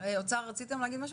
האוצר, רציתם להגיד משהו?